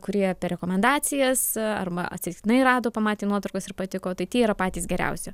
kurie per rekomendacijas arba atsitiktinai rado pamatė nuotraukos ir patiko tai tie yra patys geriausi